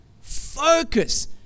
focus